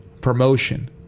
promotion